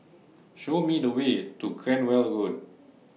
Show Me The Way to Cranwell Road